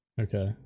okay